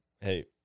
Hey